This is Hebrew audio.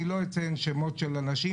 אני לא אציין שמות של אנשים,